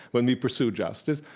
when we pursue justice,